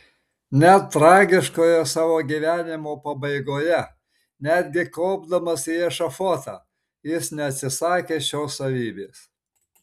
net tragiškoje savo gyvenimo pabaigoje netgi kopdamas į ešafotą jis neatsisakė šios savybės